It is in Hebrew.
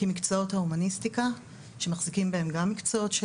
כי מקצועות ההומניסטיקה שמחזיקים בהם גם מקצועות של